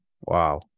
wow